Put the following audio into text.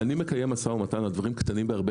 כשאני מקיים משא ומתן על דברים קטנים בהרבה,